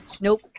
Nope